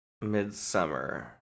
Midsummer